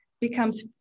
becomes